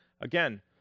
Again